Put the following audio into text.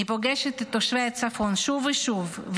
אני פוגשת את תושבי הצפון שוב ושוב,